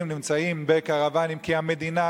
נמצאים בקרוונים כי המדינה,